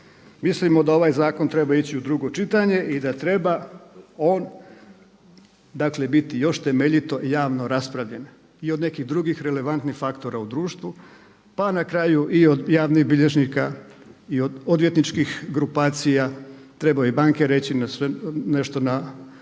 Mislimo da ovaj zakon treba ići u drugo čitanje i da treba on, dakle biti još temeljito i javno raspravljen i od nekih drugih relevantnih faktora u društvu, pa na kraju i od javnih bilježnika i od odvjetničkih grupacija trebaju i banke reći nešto na